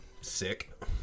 Sick